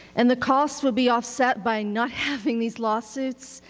and the cost would be offset by not having these lawsuits,